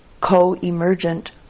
co-emergent